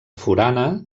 forana